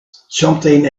something